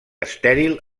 estèril